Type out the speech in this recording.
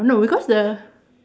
no because the